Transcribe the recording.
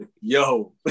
yo